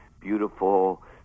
beautiful